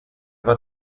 war